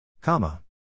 Comma